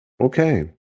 okay